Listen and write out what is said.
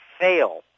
fail